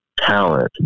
talent